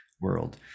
world